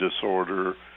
disorder